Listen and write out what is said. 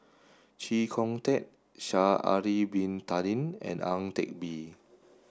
Chee Kong Tet Sha'ari Bin Tadin and Ang Teck Bee